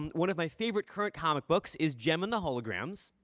one of my favorite current comic books is jem and the holograms.